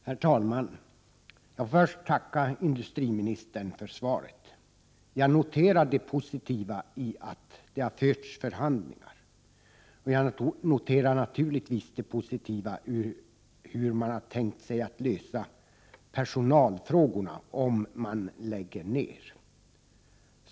Herr talman! Jag vill först tacka industriministern för svaret. Jag noterar det positiva i att det har förts förhandlingar, och jag noterar naturligtvis det positiva i hur man har tänkt sig lösa personalfrågorna vid en nedläggning.